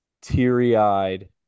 teary-eyed